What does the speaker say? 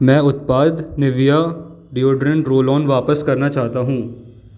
मैं उत्पाद Nivea deodorant roll on वापस करना चाहता हूँ